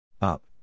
Up